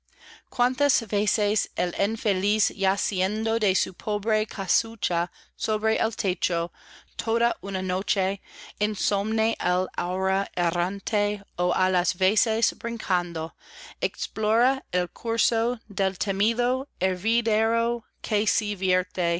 cuántas veces el infeliz yaciendo de su pobre casucha sobre el techo toda una noche insomne al aura errante ó á las veces brincando explora el curso del temido